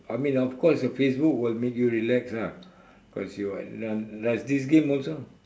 I mean of course Facebook will make you relax ah because you uh does does this game also